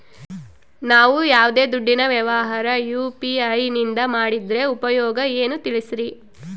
ನಾವು ಯಾವ್ದೇ ದುಡ್ಡಿನ ವ್ಯವಹಾರ ಯು.ಪಿ.ಐ ನಿಂದ ಮಾಡಿದ್ರೆ ಉಪಯೋಗ ಏನು ತಿಳಿಸ್ರಿ?